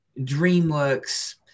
DreamWorks